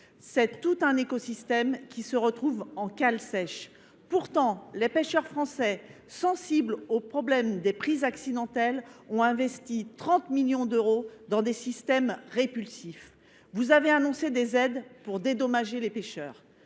C’est tout un écosystème qui se retrouve en cale sèche. Les pêcheurs français sont pourtant sensibles au problème des prises accidentelles. Ils ont du reste investi 30 millions d’euros dans des systèmes répulsifs. Vous avez annoncé des aides pour dédommager les pêcheurs,